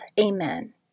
Amen